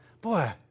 boy